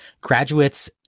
Graduates